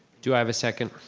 do i have a second?